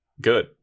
Good